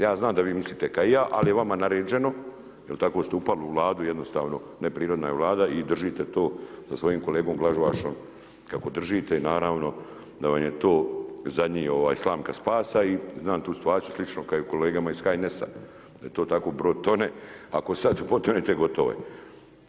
Ja znam da vi mislite ka i ja, ali je vama naređeno, jel tako ste upali u vladu jednostavno, neprirodna je vlada i držite to sa svojim kolegom Glavašom kako držite i naravno da van je to zadnja slamka spasa i znam tu situaciju sličnu ka u kolegama iz HNS-a. to tako brod tone, ako sad potonete gotovo je.